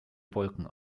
wolken